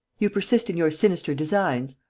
you persist in your sinister designs?